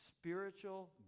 spiritual